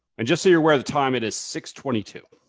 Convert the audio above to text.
and just so you're aware of the time, it is six twenty two.